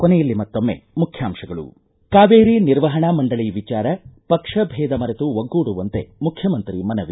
ಕೊನೆಯಲ್ಲಿ ಮತ್ತೊಮ್ಮೆ ಮುಖ್ಯಾಂಶಗಳು ಕಾವೇರಿ ನಿರ್ವಹಣಾ ಮಂಡಳಿ ವಿಚಾರ ಪಕ್ಷಭೇದ ಮರೆತು ಒಗ್ಗೂಡುವಂತೆ ಮುಖ್ಚಮಂತ್ರಿ ಮನವಿ